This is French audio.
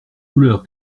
douleurs